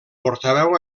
portaveu